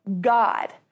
God